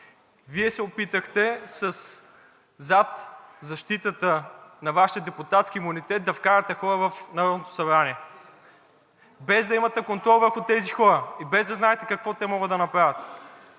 Вие се опитахте зад защитата на Вашия депутатски имунитет да вкарате хора в Народното събрание, без да имате контрол върху тези хора и без да знаете какво те могат да направят.